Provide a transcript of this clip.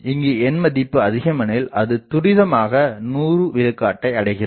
இங்கு n மதிப்பு அதிகம் எனில் அது துரிதமாக 100 விழுக்காட்டை அடைகிறது